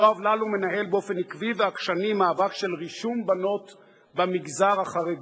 יואב ללום מנהל באופן עקבי ועקשני מאבק על רישום בנות במגזר החרדי,